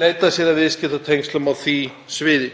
leita sér að viðskiptatengslum á því sviði.